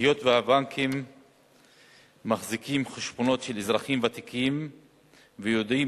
היות שהבנקים מחזיקים חשבונות של אזרחים ותיקים ויודעים